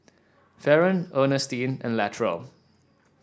Faron Earnestine and Latrell